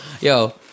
Yo